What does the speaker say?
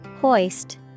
Hoist